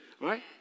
right